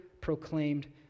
proclaimed